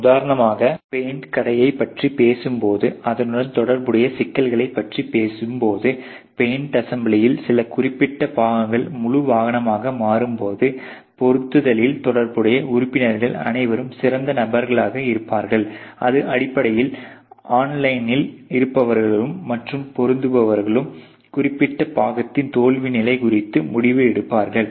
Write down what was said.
உதாரணமாக பைண்ட் கடையை பற்றி பேசும் போது அதனுடன் தொடர்புடைய சிக்கல்களை பற்றி பேசும்போது பெயிண்ட் அசெம்பிளியில் சில குறிப்பிட்ட பாகங்கள் முழு வாகனமாக மாறும்போது பொருத்துதலில் தொடர்புடைய உறுப்பினர்கள் அனைவரும் சிறந்த நபர்களாக இருப்பார்கள் அது அடிப்படையில் ஆன்லைனில் இருப்பவர்களும் மற்றும் பொருத்துபவர்களும் குறிப்பிட்ட பாகத்தின் தோல்வி நிலை குறித்து முடிவு எடுப்பவர்கள்